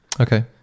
okay